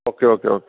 okay okay okay